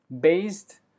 based